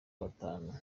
batanu